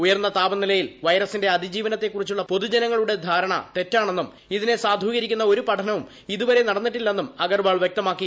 ഉയർന്ന് താപനിലയിൽ വൈറസിന്റെ അത്രിജീവനത്തെക്കുറിച്ചുള്ള പൊതുജനങ്ങളുടെ ധാരണ തെറ്റാണ്ണെന്നും ഇതിനെ സാധൂകരിക്കുന്ന ഒരു പഠനവും ഇതുവരെ നടന്നിട്ടില്ലെന്നും അഗർവാൾ വൃക്തമാക്കി